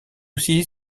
aussi